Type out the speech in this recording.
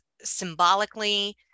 symbolically